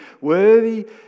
Worthy